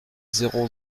zéro